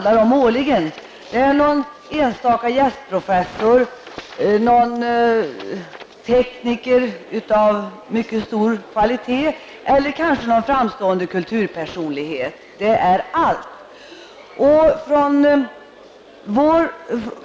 Det är fråga om någon enstaka gästprofessor, någon tekniker av mycket hög kvalitet eller kanske någon framstående kulturpersonlighet. Det är allt.